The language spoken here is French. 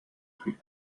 plus